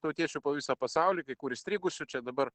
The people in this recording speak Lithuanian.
tautiečių po visą pasaulį kai kur įstrigusių čia dabar